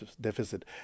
deficit